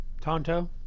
Tonto